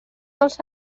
dels